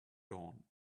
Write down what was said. dawn